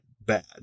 bad